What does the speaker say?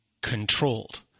controlled